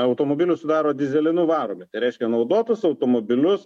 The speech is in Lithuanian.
automobilių sudaro dyzelinu varomi tai reiškia naudotus automobilius